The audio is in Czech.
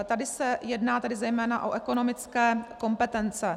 Tady se jedná zejména o ekonomické kompetence.